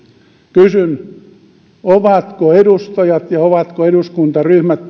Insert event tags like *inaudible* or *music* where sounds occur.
kysyn ovatko edustajat ja ovatko eduskuntaryhmät *unintelligible*